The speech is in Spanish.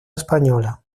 española